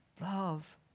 Love